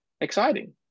exciting